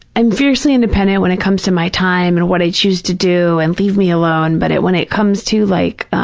i'm fiercely independent when it comes to my time and what i choose to do and, leave me alone, but when it comes to like,